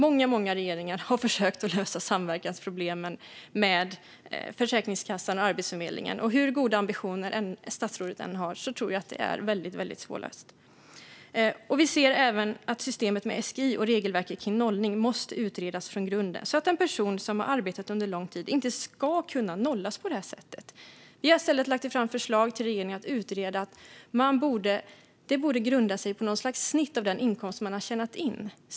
Många, många regeringar har försökt att lösa samverkansproblemen mellan Försäkringskassan och Arbetsförmedlingen, och hur goda ambitioner statsrådet än har tror jag att det är väldigt svårlöst. Vi anser även att systemet med SGI och regelverket kring nollning måste utredas från grunden så att en person som har arbetat under lång tid inte ska kunna nollas på det här sättet. Vi har lagt fram förslag till regeringen att i stället utreda om detta borde grunda sig på något slags snitt av den inkomst man har haft.